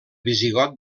visigot